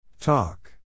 Talk